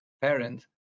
parent